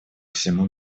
всему